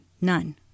None